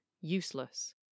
useless